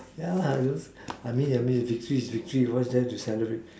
ya lah you know I mean victory is victory what's there to celebrate